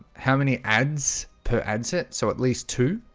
how many ads per ad set so at least two?